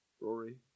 Rory